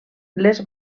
les